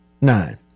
nine